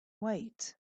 wait